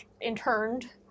interned